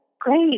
Great